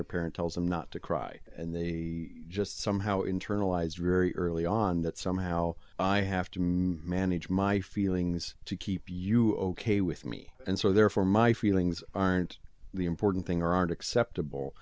their parent tells them not to cry and they just somehow internalized very early on that somehow i have to manage my feelings to keep you ok with me and so therefore my feelings aren't the important thing or aren't